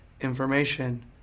information